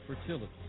fertility